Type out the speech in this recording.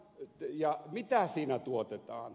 ja mitä siinä tuotetaan